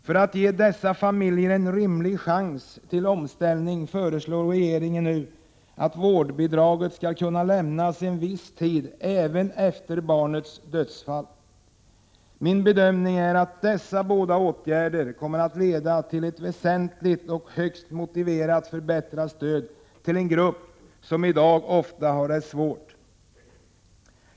För att ge dessa familjer en rimlig chans till omställning föreslår regeringen nu att vårdbidraget även skall kunna lämnas en viss tid efter barnets död. Min bedömning är att dessa båda åtgärder kommer att leda till ett väsentligt och högst motiverat förbättrat stöd till en grupp som i dag ofta har det svårt.